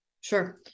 Sure